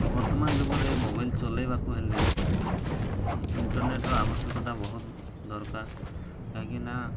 ବର୍ତ୍ତମାନ ଯୁଗରେ ମୋବାଇଲ ଚଲାଇବାକୁ ହେଲେ ଇଣ୍ଟରନେଟ୍ର ଆବଶ୍ୟକତା ବହୁତ ଦରକାର କାହିଁକିନା